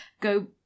Go